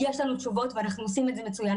יש לנו תשובות ואנחנו עושים את זה מצוין,